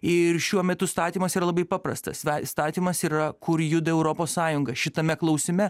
ir šiuo metu statymas yra labai paprastas statymas yra kur juda europos sąjunga šitame klausime